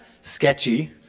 sketchy